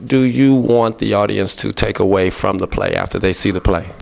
do you want the audience to take away from the play after they see the play